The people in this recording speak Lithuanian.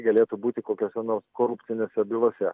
galėtų būti kokiose nors korupcinėse bylose